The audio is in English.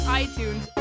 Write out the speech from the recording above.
iTunes